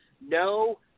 No